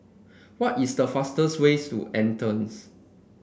what is the fastest ways to Athens